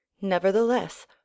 nevertheless